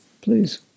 Please